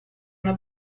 una